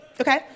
Okay